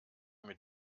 mit